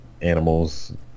animals